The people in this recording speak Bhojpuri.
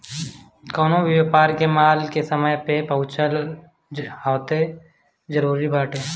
कवनो भी व्यापार में माल के समय पे पहुंचल बहुते जरुरी बाटे